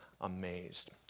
amazed